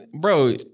bro